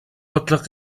бодлого